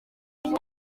nyuma